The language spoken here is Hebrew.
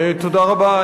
תודה רבה.